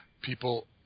people